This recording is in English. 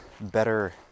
better